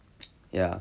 ya